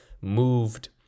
moved